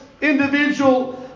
individual